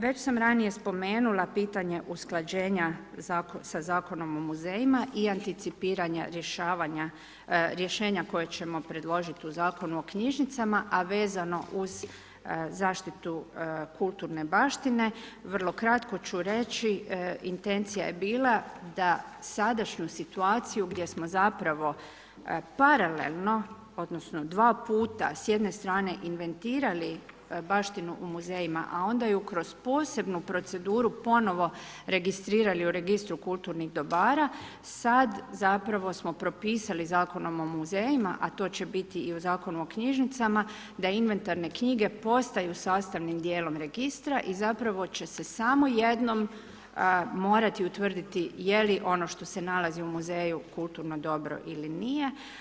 Već sam ranije spomenula pitanje usklađenja sa zakonom o muzejima i anticipiranje rješenja koja ćemo predložiti u Zakon o knjižnicama, a vezano uz zaštitu kulturne baštine, vrlo kratko ću reći, intencija je bila, da sadašnju situaciju gdje smo zapravo paralelno odnosno, 2 puta s jedne strane invertirali baštinu u muzejima, a onda ju kroz posebnu proceduru ponovno registrirali u registru kulturnih dobara, sada zapravo smo propisali Zakonom o muzejima, a to će biti i u Zakonu o knjižnicama, da inventarne knjige, postaju sastavne djelom registra i zapravo će se samo jednom morati utvrditi, je li ono što se nalazi u muzeju kulturno dobro ili nije.